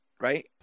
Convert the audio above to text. right